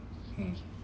mm